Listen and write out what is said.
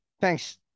thanks